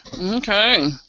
Okay